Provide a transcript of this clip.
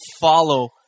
follow